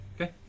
Okay